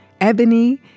Ebony